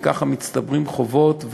וככה מצטברים חובות,